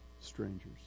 strangers